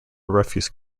refuse